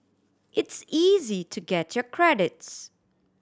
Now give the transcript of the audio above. it's easy to get your credits